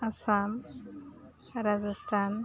Assam Rajasthan